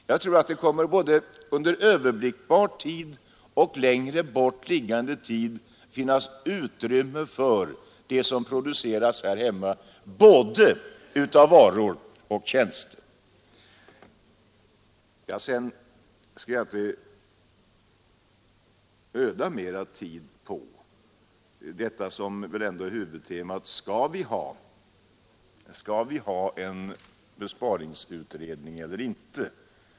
Jag tror att det, både under överblickbar tid och under längre bort liggande tid, kommer att finnas utrymme för vad som produceras här hemma av både varor och tjänster. Sedan skall jag inte öda mycken tid på detta som väl ändå är huvudtemat: Skall vi ha en besparingsutredning eller inte?